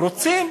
רוצים